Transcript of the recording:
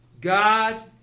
God